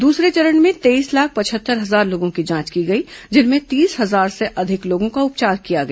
द्रसरे चरण से में तेईस लाख पचहत्तर हजार लोगों की जांच की गई जिसमें तीस हजार से अधिक लोगों का उपचार किया गया